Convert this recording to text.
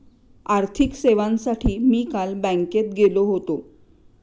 आर्थिक सेवांसाठी मी काल बँकेत गेलो होतो